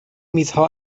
میزها